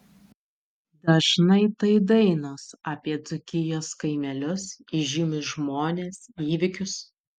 dažnai tai dainos apie dzūkijos kaimelius įžymius žmones įvykius